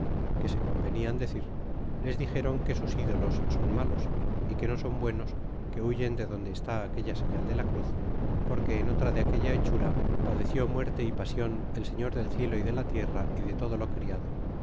que se convenian decir les dixéron que sus ídolos son malos y que no son buenos que huyen de donde está aquella señal de la cruz porque en otra de aquella hechura padeció muerte y pasion el seflor del cielo y de la tierra y de todo lo criado